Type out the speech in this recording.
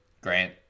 Grant